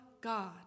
God